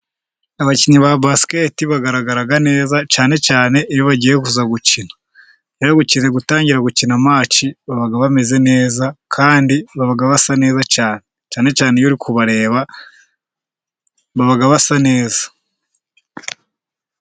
Abakinnyi ba basiketi bagaragaraga neza, cyane cyane iyo bagiye kuza gukina, iyo bagiye gutangira gukina mace baba bameze neza kandi baba basa neza, cyane cyane cyane iyo uri kubareba baba basa neza.